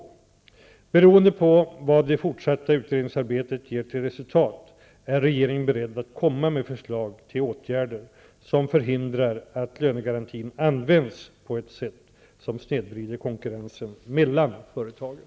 Beroende på vad det fortsatta utredningsarbetet ger till resultat är regeringen beredd att komma med förslag till åtgärder som förhindrar att lönegarantin används på ett sätt som snedvrider konkurrensen mellan företagen.